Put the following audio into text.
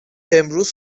امروز